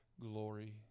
glory